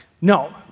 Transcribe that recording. no